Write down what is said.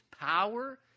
power